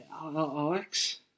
Alex